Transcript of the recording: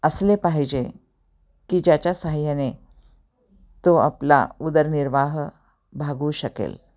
असले पाहिजे की ज्याच्या साहाय्य्याने तो आपला उदरनिर्वाह भागवू शकेल